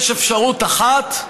יש אפשרות אחת: